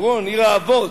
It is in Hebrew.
חברון עיר האבות,